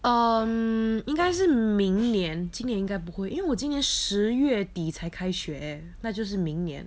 um 应该是明年今年应该不会因为我今年十月底才开学那就是明年